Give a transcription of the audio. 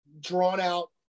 drawn-out